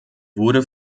wurde